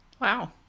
Wow